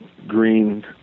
Green